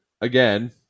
again